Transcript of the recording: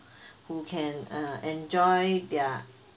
who can uh enjoy their